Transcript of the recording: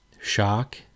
shock